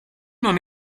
non